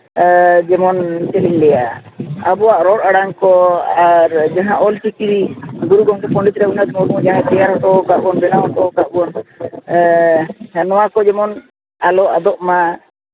ᱡᱮᱢᱚᱱ ᱪᱮᱫ ᱤᱧ ᱞᱟᱹᱭᱟ ᱟᱵᱚᱣᱟᱜ ᱨᱚᱲ ᱟᱲᱟᱝ ᱠᱚ ᱡᱟᱦᱟᱸ ᱚᱞᱪᱤᱠᱤ ᱜᱩᱨᱩ ᱜᱚᱢᱠᱮ ᱯᱚᱱᱰᱤᱛ ᱨᱚᱜᱷᱩᱱᱟᱛᱷ ᱢᱩᱨᱢᱩ ᱡᱟᱦᱟᱸᱭ ᱛᱮᱭᱟᱨ ᱦᱚᱴᱚ ᱠᱟᱜ ᱵᱚᱱ ᱵᱮᱱᱟᱣ ᱦᱚᱴᱚ ᱠᱟᱜ ᱵᱚᱱ ᱱᱚᱣᱟ ᱠᱚ ᱡᱮᱢᱚᱱ ᱟᱞᱚ ᱟᱫᱚᱜ ᱢᱟ